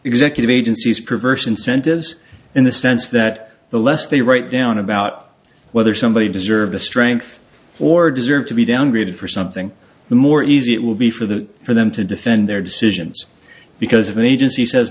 executive agencies perverse incentives in the sense that the less they write down about whether somebody deserved a strength or deserved to be downgraded for something the more easy it will be for the for them to defend their decisions because of an agency says